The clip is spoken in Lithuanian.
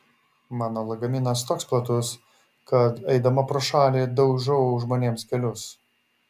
mano lagaminas toks platus kad eidama pro šalį daužau žmonėms kelius